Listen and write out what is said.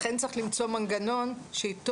לכן צריך למצוא מנגנון שאיתו